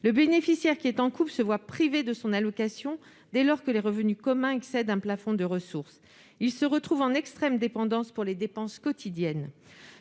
Le bénéficiaire qui est en couple se voit privé de son allocation, dès lors que les revenus communs excèdent un plafond de ressources. Il se retrouve en situation d'extrême dépendance pour les dépenses quotidiennes.